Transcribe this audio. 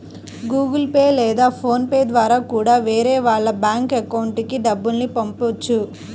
Google Pay లేదా PhonePe ద్వారా కూడా వేరే వాళ్ళ బ్యేంకు అకౌంట్లకి డబ్బుల్ని పంపొచ్చు